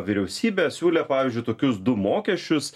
vyriausybė siūlė pavyzdžiui tokius du mokesčius